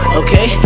okay